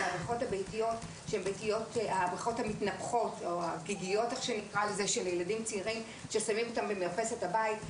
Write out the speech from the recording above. אלא הבריכות המתנפחות או גיגיות ששמים במרפסת הבית.